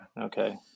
Okay